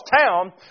town